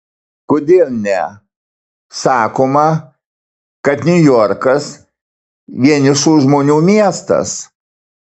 kodėl ne sakoma kad niujorkas vienišų žmonių miestas